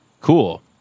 Cool